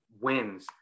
wins